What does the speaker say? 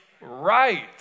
right